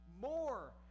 more